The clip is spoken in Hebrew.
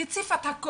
שהיא הציפה את הכול,